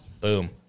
Boom